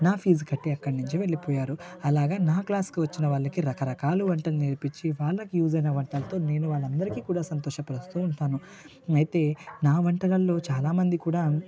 నా ఫీజు కట్టి అక్కడ నుంచి వెళ్ళిపోయారు అలాగా నా క్లాసుకి వచ్చిన వాళ్లకి రకరకాలు వంటలు నేర్పించి వాళ్ళకి యూస్ అయిన వంటలతో నేను వాళ్ళందరికి కూడా సంతోష పరుస్తు ఉంటాను అయితే నా వంటకాల్లో చాలామందికి కూడా